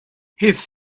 his